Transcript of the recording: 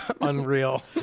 unreal